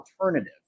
alternative